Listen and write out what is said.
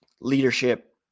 leadership